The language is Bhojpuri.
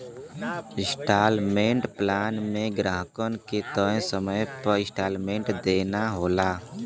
इन्सटॉलमेंट प्लान में ग्राहकन के तय समय तक इन्सटॉलमेंट देना होला